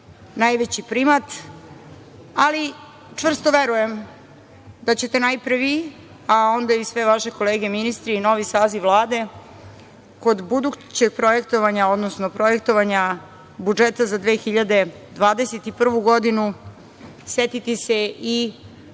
najveći primat, ali čvrsto verujem da ćete najpre vi, a onda i sve vaše kolege ministri i novi saziv Vlade, kod budućeg projektovanje, odnosno projektovanja budžeta za 2021. godinu setiti se i